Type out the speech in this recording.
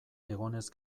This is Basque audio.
egonez